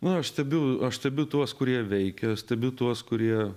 na aš stebiu aš stebiu tuos kurie veikia stebiu tuos kurie